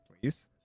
please